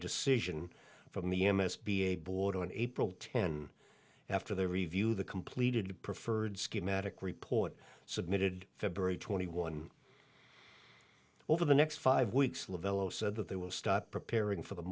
decision from the m s b a board on april ten after they review the completed preferred schematic report submitted february twenty one over the next five weeks lavelle zero so that they will stop preparing for the